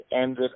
ended